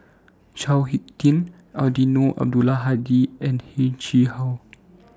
Chao Hick Tin Eddino Abdul Hadi and Heng Chee How